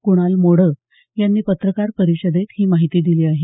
कुणाल मोडक यांनी पत्रकार परिषदेत ही माहिती दिली आहे